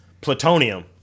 Plutonium